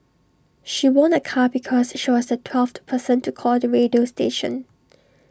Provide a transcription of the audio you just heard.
she won A car because she was the twelfth person to call the radio station